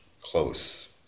close